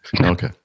Okay